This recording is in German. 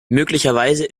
möglicherweise